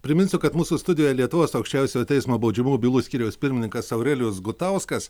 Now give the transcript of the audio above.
priminsiu kad mūsų studijoj lietuvos aukščiausiojo teismo baudžiamųjų bylų skyriaus pirmininkas aurelijus gutauskas